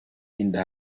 inda